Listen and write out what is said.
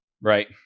Right